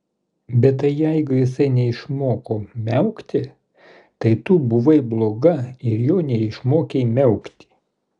bet tai jeigu jisai neišmoko miaukti tai tu buvai bloga ir jo neišmokei miaukti